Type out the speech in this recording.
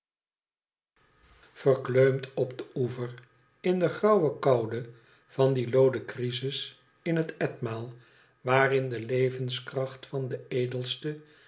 verkleumd op den oever in de grauwe koude van dien looden crisis in het etmaal waarin de levenskracht van de edelste